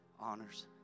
honors